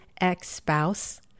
ex-spouse